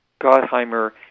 Gottheimer